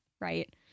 right